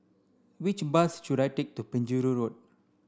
which bus should I take to Penjuru Road